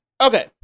Okay